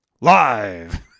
Live